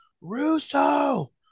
Russo